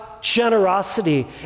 generosity